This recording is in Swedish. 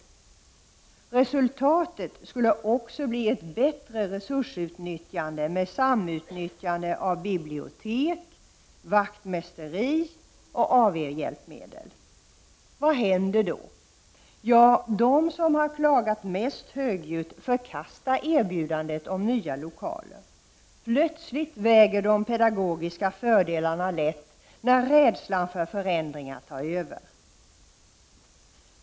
Resultatet skulle också bli ett bättre resursutnyttjande med samutnyttjande av bibliotek, vaktmästeri och AV-hjälpmedel. Vad händer då? Ja, de som klagat mest högljutt förkastar erbjudandet om nya lokaler. Plötsligt väger de pedagogiska fördelarna lätt när rädslan för förändringar tar över.